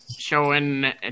showing